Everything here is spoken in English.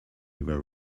ever